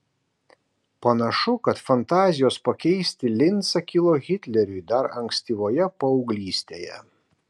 panašu kad fantazijos pakeisti lincą kilo hitleriui dar ankstyvoje paauglystėje